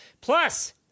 Plus